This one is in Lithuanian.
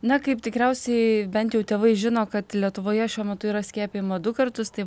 na kaip tikriausiai bent jau tėvai žino kad lietuvoje šiuo metu yra skiepijama du kartus tai